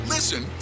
Listen